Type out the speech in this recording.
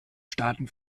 staaten